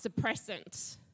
suppressant